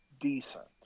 decent